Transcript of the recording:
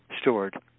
stored